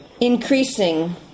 Increasing